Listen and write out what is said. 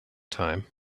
time